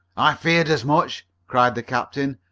i feared as much! cried the captain.